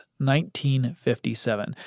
1957